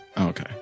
Okay